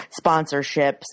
sponsorships